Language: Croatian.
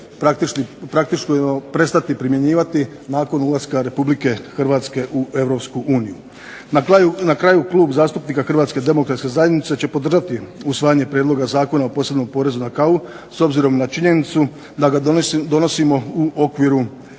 praktično prestati primjenjivati nakon ulaska Republike Hrvatske u Europsku uniju. Na kraju, Klub zastupnika Hrvatske demokratske zajednice će podržati usvajanje Prijedloga zakona o posebnom porezu na kavu s obzirom na činjenicu da ga donosimo u okviru